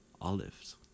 olives